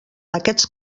aquests